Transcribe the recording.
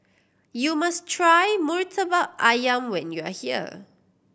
you must try Murtabak Ayam when you are here